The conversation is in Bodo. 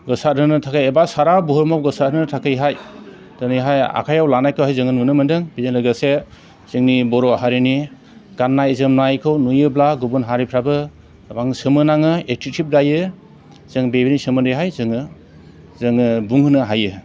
गोसार होनो थाखाय एबा सारा बुहुमाव गोसार होनो थाखायहाय दिनैहाय आखाइयाव लानायखौहाय जोङो नुनो मोनदों बेजों लोगोसे जोंनि बर' हारिनि गाननाय जोमनायखौ नुयोब्ला गुबुन हारिफ्राबो सोमोनाङो एट्रेक्थिभ जायो जों बेनि सोमोन्दैहाय जोङो जोङो बुंहोनो हायो